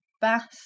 Bath